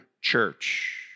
church